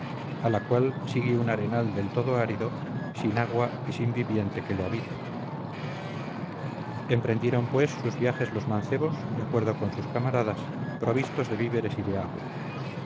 a la cual sigue un arenal del todo árido sin agua y sin viviente que lo habite emprendieron pues sus viajes los mancebos de acuerdo con sus camaradas provistos de víveres y de agua